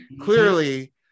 clearly